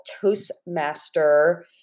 Toastmaster